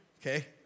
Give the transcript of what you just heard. okay